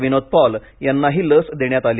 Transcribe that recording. विनोद पॉल यांनाही लस देण्यात आली